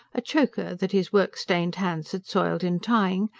a choker that his work-stained hands had soiled in tying,